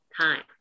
time